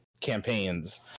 campaigns